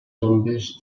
tombes